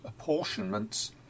apportionments